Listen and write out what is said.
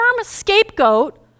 scapegoat